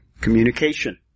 communication